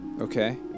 Okay